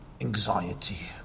anxiety